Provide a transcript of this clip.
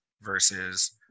versus